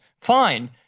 Fine